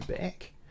back